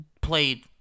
played